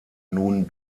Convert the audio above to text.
nun